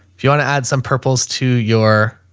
if you want to add some purples to your